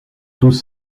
tous